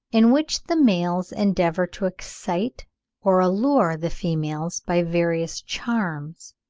in which the males endeavour to excite or allure the females by various charms.